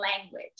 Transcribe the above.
language